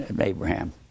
Abraham